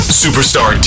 superstar